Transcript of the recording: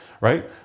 right